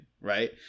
right